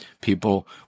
people